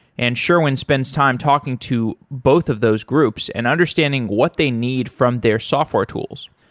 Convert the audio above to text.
and sherwin spends time talking to both of those groups and understanding what they need from their software tools.